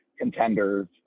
contenders